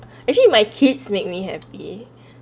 actually my kids make me happy